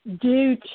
due